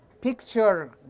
picture